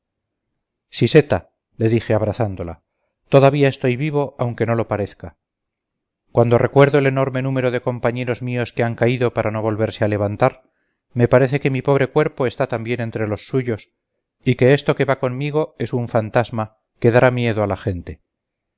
siseta le dije abrazándola todavía estoy vivo aunque no lo parezca cuando recuerdo el enorme número de compañeros míos que han caído para no volverse a levantar me parece que mi pobre cuerpo está también entre los suyos y que esto que va conmigo es una fantasma que dará miedo a la gente